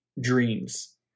dreams